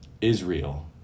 Israel